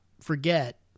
forget